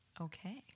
Okay